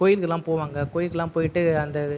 கோவிலுக்கு எல்லாம் போவாங்க கோவிலுக்கு எல்லாம் போயிட்டு அந்த